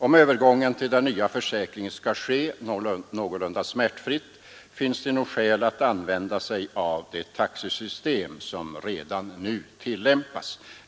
Om övergången till den nya försäkringen skall ske någorlunda smärtfritt finns det nog skäl att använda sig av det taxesystem som redan nu tillämpas.